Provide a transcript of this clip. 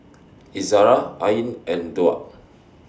Izara Ain and Daud